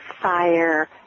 fire